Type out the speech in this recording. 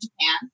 Japan